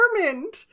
determined